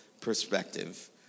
perspective